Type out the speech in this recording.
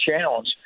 challenge